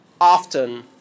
often